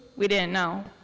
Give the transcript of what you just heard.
we didn't know.